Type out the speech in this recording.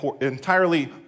entirely